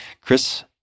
Chris